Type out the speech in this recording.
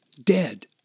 dead